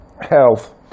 health